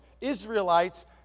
Israelites